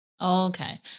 Okay